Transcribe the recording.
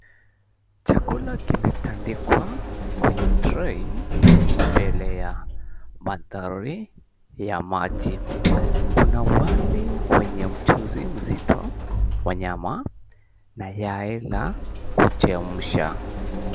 Chakula kimetandikwa kwenye trei mbele ya mandhari ya maji. Kuna wali wenye mchuzi mzito wa nyama na yai la kuchemsha.